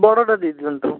ବଡ଼ଟା ଦେଇ ଦିଅନ୍ତୁ